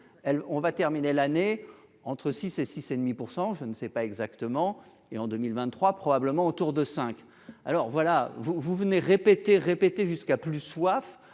on va terminer l'année entre 6 et 6 et demi % je ne sais pas exactement et en 2023 probablement autour de cinq alors voilà, vous vous venez répéter, répéter jusqu'à plus soif